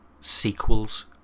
sequels